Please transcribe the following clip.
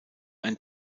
ein